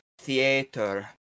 Theater